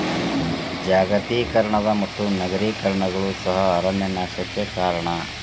ಜಾಗತೇಕರಣದ ಮತ್ತು ನಗರೇಕರಣಗಳು ಸಹ ಅರಣ್ಯ ನಾಶಕ್ಕೆ ಕಾರಣ